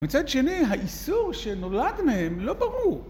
מצד שני האיסור שנולד מהם לא ברור.